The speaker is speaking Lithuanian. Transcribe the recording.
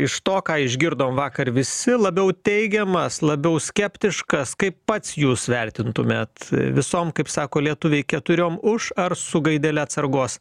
iš to ką išgirdom vakar visi labiau teigiamas labiau skeptiškas kaip pats jūs vertintumėte visom kaip sako lietuviai keturiom už ar su gaidele atsargos